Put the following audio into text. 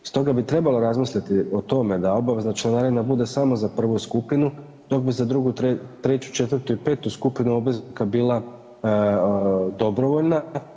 Stoga bi trebalo razmisliti o tome da obvezna članarina bude samo za prvu skupinu dok bi za drugu, treću, četvrtu i petu skupinu obveznika bila dobrovoljna.